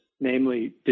namely